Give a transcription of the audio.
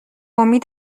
امید